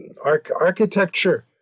architecture